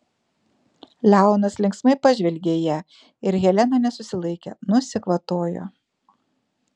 leonas linksmai pažvelgė į ją ir helena nesusilaikė nusikvatojo